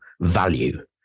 value